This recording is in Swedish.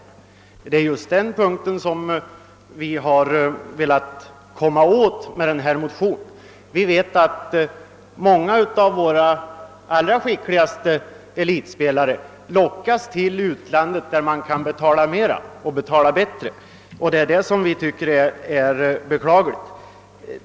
Det är just detta vi har syftat till med vår motion. Vi vet att många av våra allra skickligaste elitspelare lockas till utlandet, där man kan betala bättre. Det är detta som vi finner beklagligt.